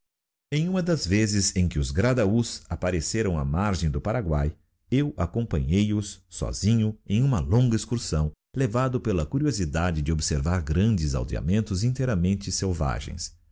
em uma das vezes em que os oraãahús appareceram á margem do paraguay eu acompanhei o sósinho em uma longa excursão levado pela curiosidade de observar grandes aldeamentos inteiramente selvagens